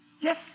Yes